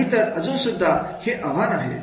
नाहीतर अजून सुद्धा आहे आव्हान आहे